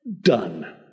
Done